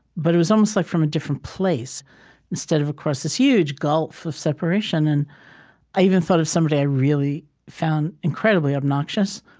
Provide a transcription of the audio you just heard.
but it was almost like from a different place instead of across this huge gulf of separation. and i even thought of somebody i really found incredibly obnoxious,